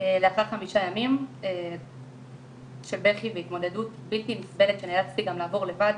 לאחר חמישה ימים של בכי והתמודדות בלתי נסבלת שנאלצתי גם לעבור לבד,